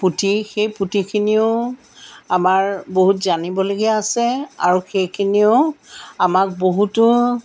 পুঠি সেই পুঠিখিনিও আমাৰ বহুত জানিবলগীয়া আছে আৰু সেইখিনিয়েও আমাক বহুতো